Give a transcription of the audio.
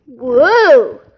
Whoa